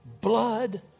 blood